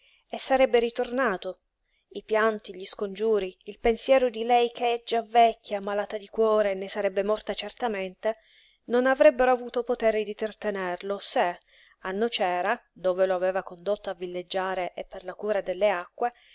e sarebbe ritornato i pianti gli scongiuri il pensiero di lei che già vecchia malata di cuore ne sarebbe morta certamente non avrebbero avuto potere di trattenerlo se a nocera dove lo aveva condotto a villeggiare e per la cura delle acque